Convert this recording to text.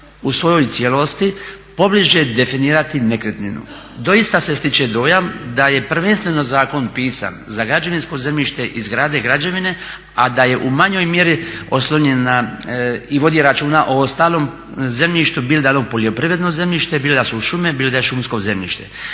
u svojoj cijelosti pobliže definirati nekretninu. Doista se stiče dojam da je prvenstveno zakon pisan za građevinsko zemljište i zgrade, građevine, a da je u manjoj mjeri oslonjen i vodi računa o ostalom zemljištu, … poljoprivredno zemljište, bilo da su šume, bilo da je šumsko zemljište.